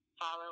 follow